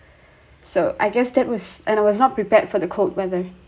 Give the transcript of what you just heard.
so I guess that was and I was not prepared for the cold weather